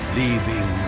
leaving